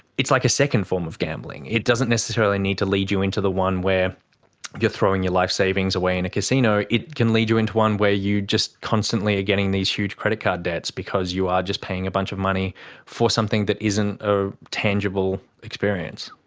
it's like a second form of gambling. it doesn't necessarily need to lead you into the one where you're throwing your life savings away in a casino, it can lead you into one where you just constantly are getting these huge credit card debts because you are just paying a bunch of money for something that isn't a tangible experience.